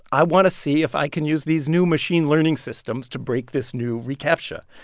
i want to see if i can use these new machine learning systems to break this new recaptcha.